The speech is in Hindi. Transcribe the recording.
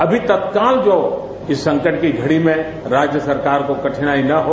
अभी तत्काल जो इस संकट की घड़ी में राज्य सरकार को कठिनाई न हो